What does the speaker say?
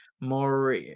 more